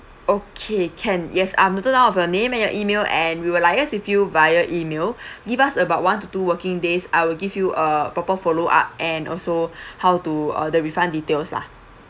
okay can yes I've noted down of your name and your email and we will liaise with you via email give us about one to two working days I will give you a proper follow up and also how to uh the refund details lah